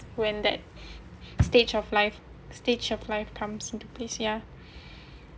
when that stage of life stage of life comes into place yeah